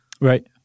Right